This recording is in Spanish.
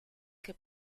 que